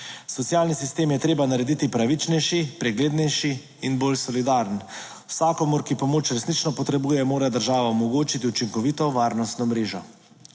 Socialni sistem je treba narediti pravičnejši, preglednejši in bolj solidaren. Vsakomur, ki pomoč resnično potrebuje, mora država omogočiti učinkovito varnostno mrežo.